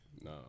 No